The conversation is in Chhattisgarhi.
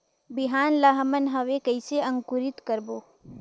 बिहान ला हमन हवे कइसे अंकुरित करबो?